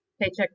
Paycheck